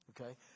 okay